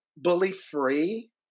bully-free